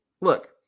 look